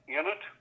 unit